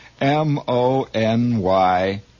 M-O-N-Y